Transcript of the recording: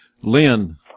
Lynn